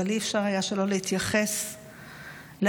אבל אי-אפשר היה שלא להתייחס לפיגוע